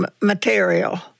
material